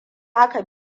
haka